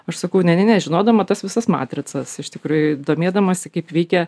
aš sakau ne nežinodama tas visas matricas iš tikrųjų domėdamasi kaip veikia